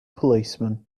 policeman